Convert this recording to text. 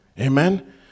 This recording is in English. Amen